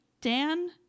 Dan